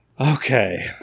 Okay